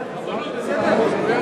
הרבנות בסדר?